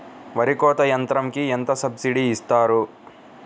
వరి కోత యంత్రంకి ఎంత సబ్సిడీ ఇస్తారు?